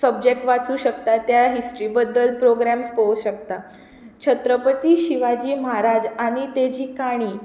subject वाचूंक शकता तो हिस्ट्री बद्दल प्रोग्रेम पोवूंक शकता छत्रपती शिवाजी महाराज आनी तेजी काणी